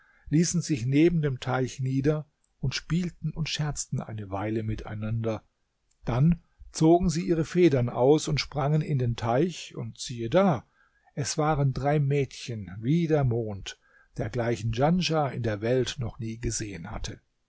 ließen sich neben dem teich nieder und spielten und scherzten eine weile miteinander dann zogen sie ihre federn aus und sprangen in den teich und siehe da es waren drei mädchen wie der mond dergleichen djanschah in der welt noch nie gesehen hatte